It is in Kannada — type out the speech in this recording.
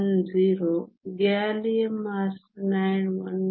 10 ಗ್ಯಾಲಿಯಂ ಆರ್ಸೆನೈಡ್ 1